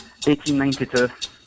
1892